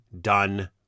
done